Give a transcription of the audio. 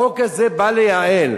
החוק הזה בא לייעל,